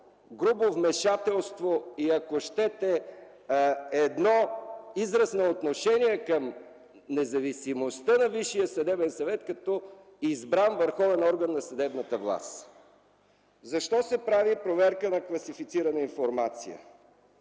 грубо вмешателство, ако щете - израз на отношение към независимостта на Висшия съдебен съвет като избран върховен орган на съдебната власт. Защо се прави проверка на класифицирана информация?